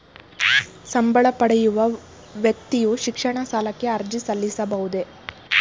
ಸಂಬಳ ಪಡೆಯುವ ವ್ಯಕ್ತಿಯು ಶಿಕ್ಷಣ ಸಾಲಕ್ಕೆ ಅರ್ಜಿ ಸಲ್ಲಿಸಬಹುದೇ?